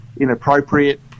inappropriate